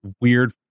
weird